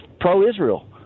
pro-Israel